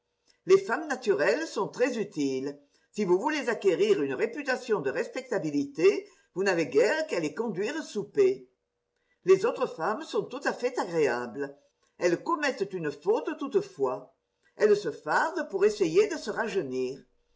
les femmes naturelles sont très utiles si vous voulez acquérir une réputation de respectabilité vous n'avez guère qu'à les conduire souper les autres femmes sont tout à fait agréables elles commettent une faute toutefois elles se fardent pour essayer de se rajeunir